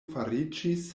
fariĝis